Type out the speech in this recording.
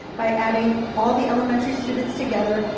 by adding all the elementary students together,